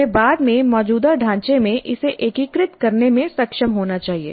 उन्हें बाद में मौजूदा ढांचे में इसे एकीकृत करने में सक्षम होना चाहिए